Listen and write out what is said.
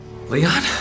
Leon